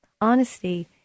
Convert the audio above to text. Honesty